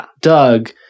Doug